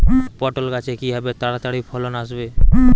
পটল গাছে কিভাবে তাড়াতাড়ি ফলন আসবে?